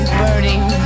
burning